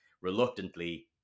reluctantly